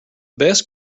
best